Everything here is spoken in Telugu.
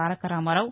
తారకరామారావు